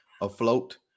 afloat